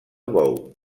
bou